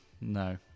No